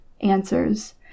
answers